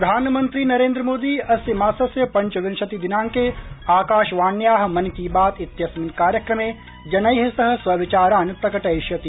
प्रधानमन्त्री नरेन्द्र मोदी अस्य मासस्य पंचविंशति दिनाड़के आकाशवाण्याः मन की बात इत्यस्मिन् कार्यक्रमे जनैः सह स्वविचारान् प्रकटयिष्यति